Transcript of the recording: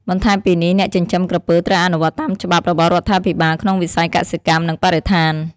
បន្ថែមពីនេះអ្នកចិញ្ចឹមក្រពើត្រូវអនុវត្តតាមច្បាប់របស់រដ្ឋាភិបាលក្នុងវិស័យកសិកម្ម និងបរិស្ថាន។